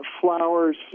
Flowers